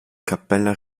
cappella